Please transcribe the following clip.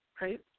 right